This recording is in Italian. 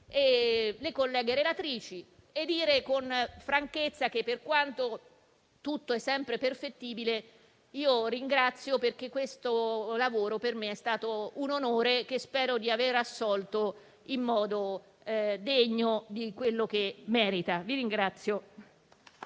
le colleghe relatrici e dico con franchezza che, per quanto tutto è sempre perfettibile, ringrazio perché questo lavoro per me è stato un onore che spero di avere assolto in modo degno di come merita.